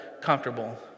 comfortable